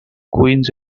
queens